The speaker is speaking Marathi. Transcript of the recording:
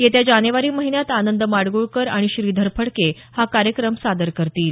येत्या जानेवारी महिन्यात आनंद माडगूळकर आणि श्रीधर फडके हा कार्यक्रम सादर करतील